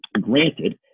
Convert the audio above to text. Granted